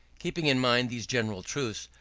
keeping in mind these general truths,